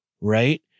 right